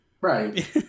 right